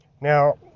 Now